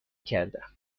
کردم